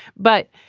but.